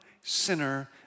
sinner